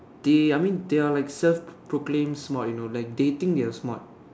they I mean they are like self proclaimed smart you know like they think they're smart